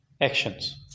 actions